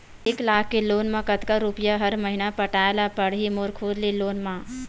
एक लाख के लोन मा कतका रुपिया हर महीना पटाय ला पढ़ही मोर खुद ले लोन मा?